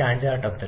ചാഞ്ചാട്ടത്തിൽ